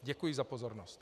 Děkuji za pozornost.